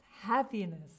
Happiness